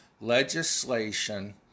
legislation